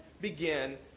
begin